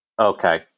Okay